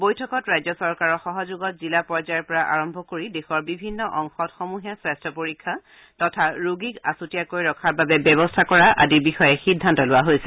বৈঠকত ৰাজ্য চৰকাৰৰ সহযোগত জিলা পৰ্যায়ৰ পৰা আৰম্ভ কৰি দেশৰ বিভিন্ন অংশত সমূহীয়া স্বাস্থ্য পৰীক্ষা তথা ৰোগীক আছুতীয়াকৈ ৰখাৰ বাবে ব্যৱস্থা কৰা আদিৰ বিষয়ে সিদ্ধান্ত লোৱা হৈছে